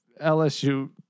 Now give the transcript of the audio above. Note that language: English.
LSU